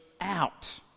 out